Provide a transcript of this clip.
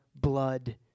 blood